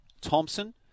Thompson